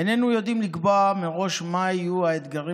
איננו יודעים לקבוע מראש מה יהיו האתגרים